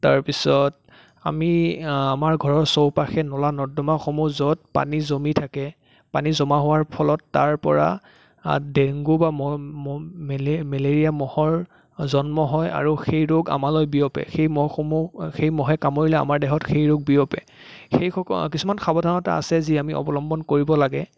তাৰ পিছত আমি আমাৰ ঘৰৰ চৌপাশে নলা নৰ্দমাসমূহ য'ত পানী জমি থাকে পানী জমা হোৱাৰ ফলত তাৰ পৰা ডেংগো বা ম মহ মেলেৰিয়া মেলেৰিয়া মহৰ জন্ম হয় আৰু সেই ৰোগ আমালৈ বিয়পে সেই মহসমূহ সেই মহে কামোৰিলে আমাৰ দেহত সেই ৰোগ বিয়পে সেইসমূহ কিছুমান সাৱধানতা আছে যি আমি অৱলম্বন কৰিব লাগে